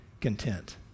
content